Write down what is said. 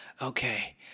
Okay